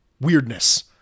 weirdness